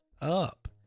up